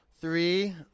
Three